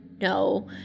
No